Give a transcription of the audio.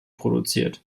produziert